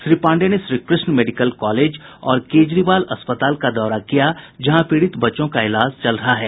श्री पांडे ने Shrikrishna medical college और केजरीवाल अस्पताल का दौरा किया जहां पीड़ित बच्चों का इलाज चल रहा है